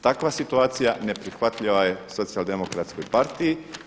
Takva situacija neprihvatljiva je socijaldemokratskoj partiji.